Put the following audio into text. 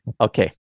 Okay